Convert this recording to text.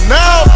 now